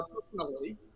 personally